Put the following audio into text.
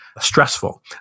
stressful